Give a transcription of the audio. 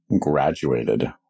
graduated